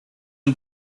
who